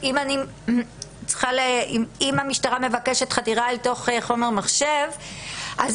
אם המשטרה מבקשת חדירה לתוך חומר מחשב אז